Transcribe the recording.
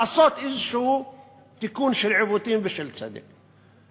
לעשות איזשהו תיקון של עיוותים ושל צדק.